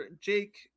Jake